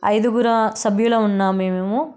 ఐదుగురు సభ్యులం ఉన్నాము మేము